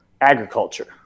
agriculture